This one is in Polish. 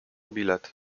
bilet